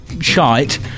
shite